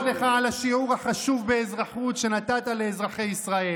להודות לך על השיעור החשוב באזרחות שנתת לאזרחי ישראל.